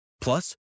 Plus